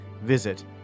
Visit